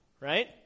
right